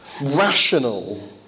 rational